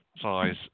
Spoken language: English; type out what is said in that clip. size